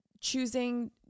choosing